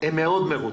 הם מאוד מרוצים.